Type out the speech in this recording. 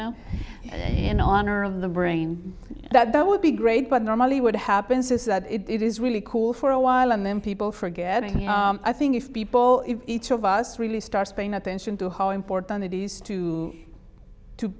know in honor of the brain that would be great but normally what happens is that it is really cool for a while and then people forget it i think if the boy if each of us really starts paying attention to how important it is to to